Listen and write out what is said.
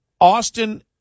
Austin